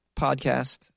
podcast